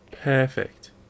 perfect